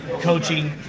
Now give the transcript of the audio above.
coaching